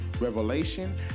revelation